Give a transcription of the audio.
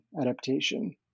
adaptation